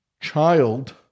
child